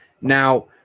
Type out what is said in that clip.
Now